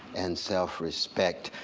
and self-respect.